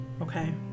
Okay